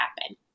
happen